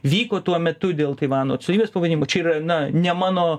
vyko tuo metu dėl taivano atstovybės pavadinimo čia yra na ne mano